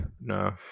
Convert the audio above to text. no